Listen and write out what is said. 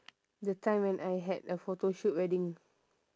that time when I had a photoshoot wedding